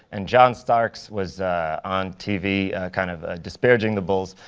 and john starks was on tv kind of disparaging the bulls.